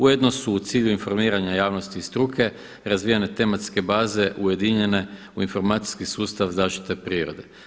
Ujedno su u cilju informiranja javnosti i struke razvijene tematske baze ujedinjene u informacijski sustav zaštite prirode.